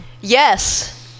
Yes